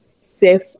safe